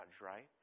right